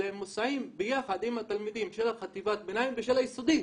אלא הם מוסעים ביחד עם התלמידים של חטיבת הביניים ושל היסודי